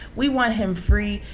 we want him free.